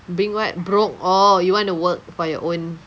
being what broke oh you want to work for your own